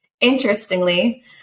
interestingly